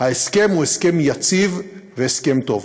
ההסכם הוא הסכם יציב והסכם טוב.